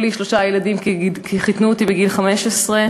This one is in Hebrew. לי שלושה ילדים כי חיתנו אותי בגיל 15,